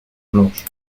blanche